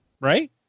Right